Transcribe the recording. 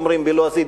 אומרים בלועזית,